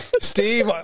steve